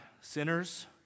sinners